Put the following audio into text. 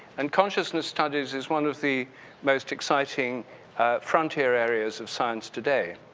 and consciousness study is is one of the most exciting frontier areas of science today.